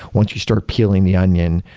once you start peeling the onion,